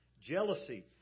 jealousy